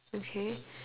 okay